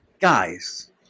guys